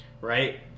Right